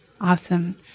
Awesome